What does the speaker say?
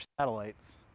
satellites